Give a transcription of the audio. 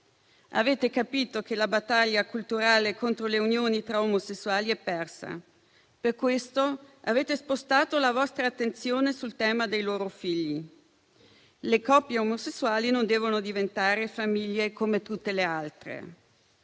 Avete capito che la battaglia culturale contro le unioni tra omosessuali è persa. Per questo avete spostato la vostra attenzione sul tema dei loro figli. Le coppie omosessuali non devono diventare famiglie come tutte le altre.